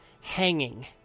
Hanging